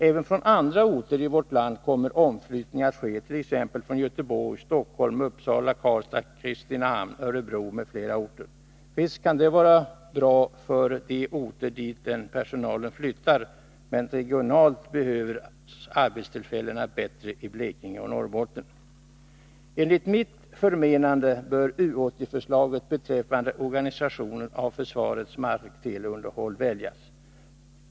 Även från andra orter i vårt land kommer omflyttningar att ske, t.ex. från Göteborg, Stockholm, Uppsala, Karlstad, Kristinehamn, Örebro m.fl. orter. Visst kan det vara bra för de orter dit denna personal flyttar, men regionalt behövs arbetstillfällena bättre i Blekinge och Norrbotten. Enligt mitt förmenande bör U 80-förslaget beträffande organiserandet av försvarets markteleunderhåll väljas.